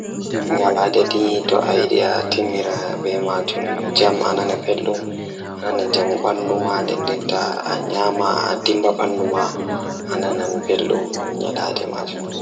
So tawii miɗo waɗa njam e nder hoore, miɗo waawi njiddaade fiyaangu ngal sabu miɗo waɗa waawde njoɓdi ngal ko rewɓe ngal. Mi njiddaade fiyaangu goɗɗo ngal ngam ndiyam e rewɓe ngal, ko goɗɗo fiyaangu ngal jokkondirde mi sabu.